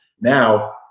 now